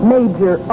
Major